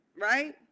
right